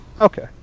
Okay